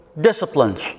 disciplines